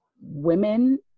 women